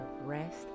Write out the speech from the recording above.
rest